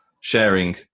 sharing